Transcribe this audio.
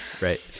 Right